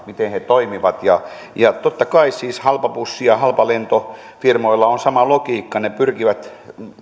miten he toimivat ja ja totta kai siis halpabussi ja halpalentofirmoilla on sama logiikka ne pyrkivät